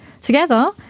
Together